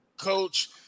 Coach